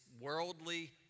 worldly